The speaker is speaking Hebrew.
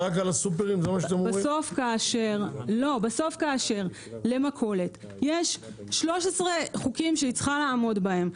בסוף כאשר למכולת יש 13 חוקים שהיא צריכה לעמוד בהם,